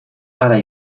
hara